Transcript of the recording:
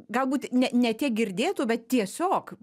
galbūt ne ne tiek girdėtų bet tiesiog